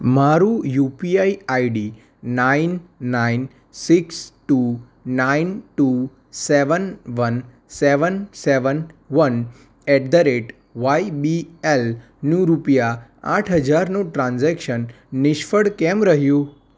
મારું UPI ID nine nine six two nine two seven one seven seven one at the rate Y B L નું રૂપિયા આઠ હજારનું transaction નિષ્ફળ કેમ રહ્યું